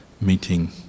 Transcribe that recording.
meeting